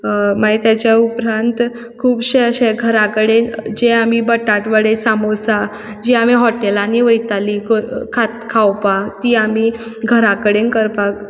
मागीर तेच्या उपरांत खुबशे अशे घरा कडेन जे आमी बटाटवडे समोसा जी आमी हॉटेलांनी वयतालीं खावपाक तीं आमी घरा कडेन करपाक